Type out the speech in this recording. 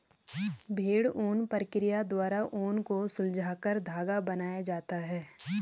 भेड़ ऊन प्रक्रिया द्वारा ऊन को सुलझाकर धागा बनाया जाता है